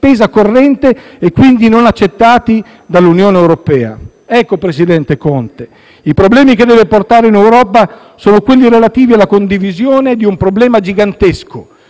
corrente e, quindi, non vengono accettati dall'Unione europea. Ecco, presidente Conte, le questioni che deve portare in Europa sono quelle relative alla condivisione di un problema gigantesco,